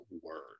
word